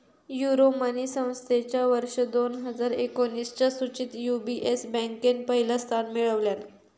Euromoney संस्थेच्या वर्ष दोन हजार एकोणीसच्या सुचीत यू.बी.एस बँकेन पहिला स्थान मिळवल्यान